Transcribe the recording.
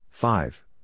Five